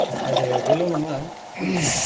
आरो बेल' नङा